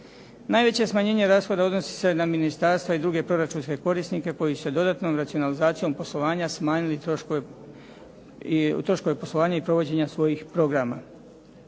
Najveće smanjenje rashoda odnosi se na ministarstva i druge proračunske korisnike koji će se dodatnom racionalizacijom poslovanja smanjili troškove poslovanja i provođenja svojih programa.